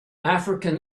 african